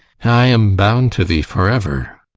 i am bound to thee for ever.